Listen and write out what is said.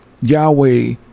Yahweh